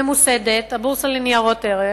ממוסדת, הבורסה לניירות ערך,